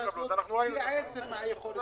מידע לצורך בדיקת התקיימות התנאי האמור בפסקת משנה